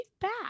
back